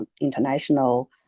international